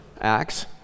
acts